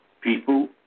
people